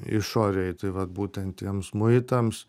išorei tai vat būtent tiems muitams